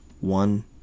one